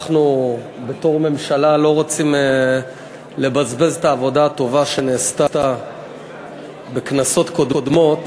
אנחנו בתור ממשלה לא רוצים לבזבז את העבודה הטובה שנעשתה בכנסות קודמות,